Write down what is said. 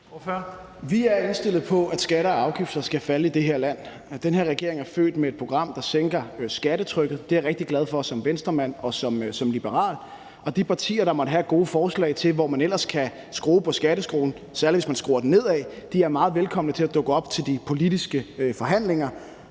Vi er indstillet på, at skatter og afgifter skal falde i det her land. Den her regering er født med et program, der sænker skattetrykket. Det er jeg rigtig glad for som Venstremand og som liberal. Og de partier, der måtte have gode forslag til, hvor man ellers kan skrue på skatteskruen, særlig hvis man skruer den nedad, er meget velkomne til at dukke op til de politiske forhandlinger.